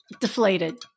deflated